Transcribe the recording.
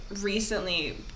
recently